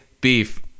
beef